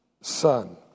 son